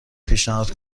پیشنهاد